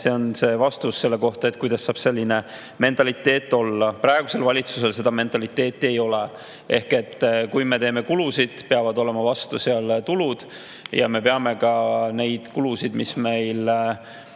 see on vastus selle kohta, kuidas saab selline mentaliteet olla. Praegusel valitsusel seda mentaliteeti ei ole. Kui me teeme kulusid, peavad olema ka tulud. Ja me peame ka neid kulusid, millele